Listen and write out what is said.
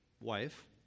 wife